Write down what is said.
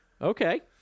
Okay